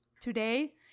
today